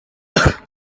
nta